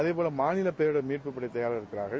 அதைபோல மாநில பேரிடர் மீட்புப்படையினர் தயாராக இருக்கிறார்கள்